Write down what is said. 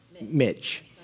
Mitch